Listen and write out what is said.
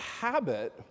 habit